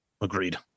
Agreed